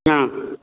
ஆ